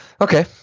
Okay